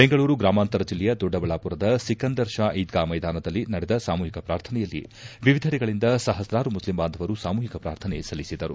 ಬೆಂಗಳೂರು ಗ್ರಾಮಾಂತರ ಜಿಲ್ಲೆಯ ದೊಡ್ಡಬಳ್ಳಾಪುರದ ಸಿಕಂದರ್ ಶಾ ಈದ್ಗಾ ಮೈದಾನದಲ್ಲಿ ನಡೆದ ಸಾಮೂಹಿಕ ಪ್ರಾರ್ಥನೆಯಲ್ಲಿ ವಿವಿಧೆಡೆಗಳಿಂದ ಸಹಸ್ರಾರು ಮುಸ್ಲಿಂ ಬಾಂಧವರು ಸಾಮೂಹಿಕ ಪ್ರಾರ್ಥನೆ ಸಲ್ಲಿಸಿದರು